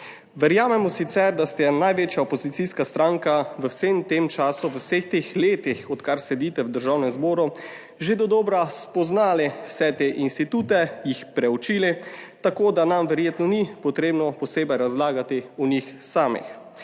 Verjamemo sicer, da ste največja opozicijska stranka v vsem tem času, v vseh teh letih odkar sedite v Državnem zboru že dodobra spoznali vse te institute, jih preučili, tako da nam verjetno ni potrebno posebej razlagati o njih samih,